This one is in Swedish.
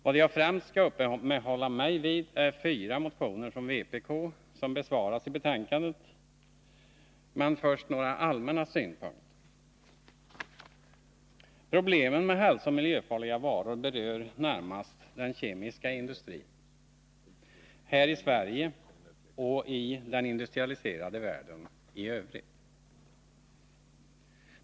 Vad jag främst skall uppehålla mig vid är fyra motioner från vpk som besvaras i betänkandet. Men först några allmänna synpunkter. Problemen med hälsooch miljöfarliga varor berör närmast den kemiska industrin, här i Sverige och i den industrialiserade världen i övrigt.